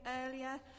earlier